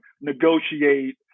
negotiate